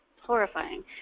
horrifying